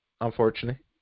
Unfortunately